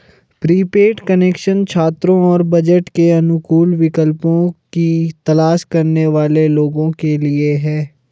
prepaid connection छात्रों और budget के अनुकूल विकल्पों की तलाश करने वाले लोगों के लिए है